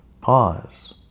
Pause